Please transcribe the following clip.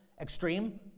extreme